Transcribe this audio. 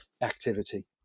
activity